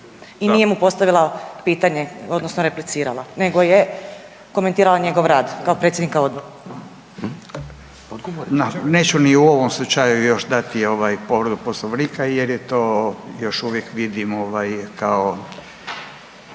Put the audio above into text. I nije mu postavila pitanje odnosno replicirala, nego je komentirala njegov rad kao predsjednika Odbora. **Radin, Furio (Nezavisni)** Neću ni u ovom slučaju još dati povredu Poslovnika jer je to, još uvijek vidim ovaj,